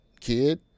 kid